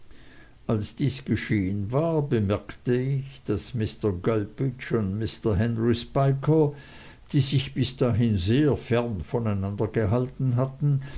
als dies geschehen war bemerkte ich daß mr gulpidge und mr henry spiker die sich bis dahin sehr fern voneinander gehalten hatten